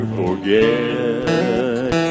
forget